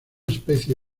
especie